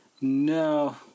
no